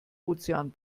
ozean